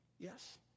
Yes